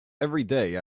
everyday